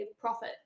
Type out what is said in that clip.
profit